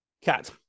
Cat